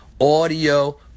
audio